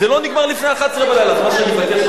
זה לא נגמר לפני 23:00. אז מה שאני מבקש,